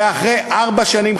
ואחרי ארבע שנים,